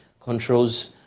controls